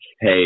Hey